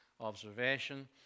observation